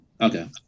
Okay